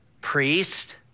priest